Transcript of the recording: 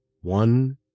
one